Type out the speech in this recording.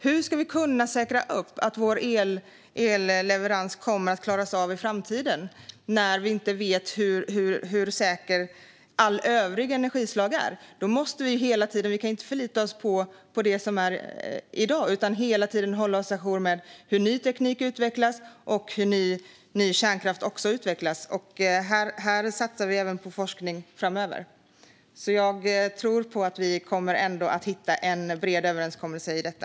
Hur ska vi kunna säkra att vår elleverans kommer att kunna klaras av i framtiden när vi inte vet hur säkra alla övriga energislag är? Vi kan inte förlita oss på det som finns i dag, utan vi måste hela tiden hålla oss à jour med hur ny teknik utvecklas och hur ny kärnkraft utvecklas. Här satsar vi på forskning framöver, så jag tror på att vi kommer att hitta en bred överenskommelse i detta.